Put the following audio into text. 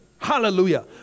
Hallelujah